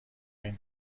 این